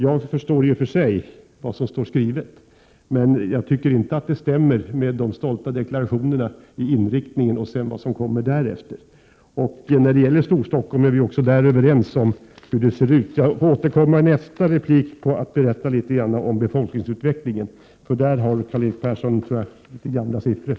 Jag förstår i och för sig vad som står skrivet, Karl-Erik Persson, men jag tycker inte att de stolta deklarationerna i fråga om inriktningen stämmer med vad som kommer därefter. När det gäller Storstockholm är vi överens om hur det ser ut. Sedan ber jag att få återkomma i nästa replik och berätta litet grand om befolkningsutvecklingen, för där tror jag att Karl-Erik Persson har gamla siffror.